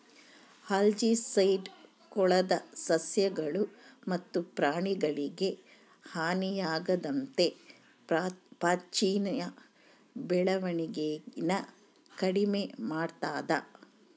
algicide ಕೊಳದ ಸಸ್ಯಗಳು ಮತ್ತು ಪ್ರಾಣಿಗಳಿಗೆ ಹಾನಿಯಾಗದಂತೆ ಪಾಚಿಯ ಬೆಳವಣಿಗೆನ ಕಡಿಮೆ ಮಾಡ್ತದ